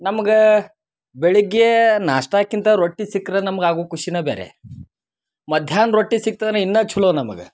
ನಮ್ಗ ಬೆಳಗ್ಗೆ ನಾಷ್ಟಾಕ್ಕಿಂತ ರೊಟ್ಟಿ ಸಿಕ್ರ ನಮ್ಗ್ ಆಗು ಖುಷಿನ ಬೇರೆ ಮಧ್ಯಾಹ್ನ ರೊಟ್ಟಿ ಸಿಕ್ತಂದ್ರ ಇನ್ನ ಛಲೋ ನಮಗೆ